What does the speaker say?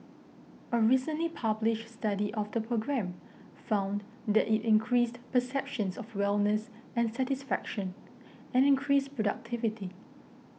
a recently published study of the program found that it increased perceptions of wellness and satisfaction and increased productivity